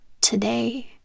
Today